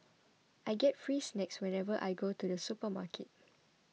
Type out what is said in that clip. I get free snacks whenever I go to the supermarket